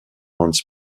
hans